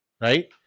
right